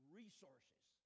resources